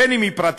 בין אם היא פרטית,